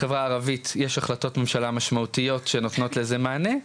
בחברה הערבית יש החלטות ממשלה משמעותיות שנותנות לזה מענה.